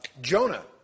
Jonah